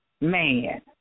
man